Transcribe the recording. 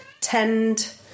tend